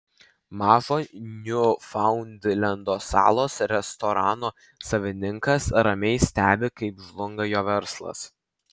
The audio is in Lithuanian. mažo niufaundlendo salos restorano savininkas ramiai stebi kaip žlunga jo verslas